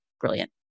brilliant